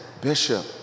Bishop